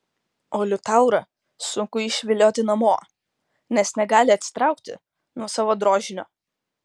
o liutaurą sunku išvilioti namo nes negali atsitraukti nuo savo drožinio